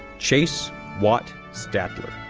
chase watt stadtler,